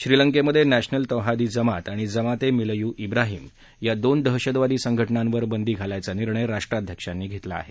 श्रीलंकेमधे national Thowheed Jamath आणि जमाते मिलयु व्वाहीम या दोन दहशतवादी संघटनांवर बंदी घालायचा निर्णय राष्ट्राध्यक्षांनी घेतला आहे